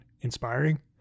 inspiring